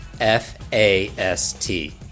F-A-S-T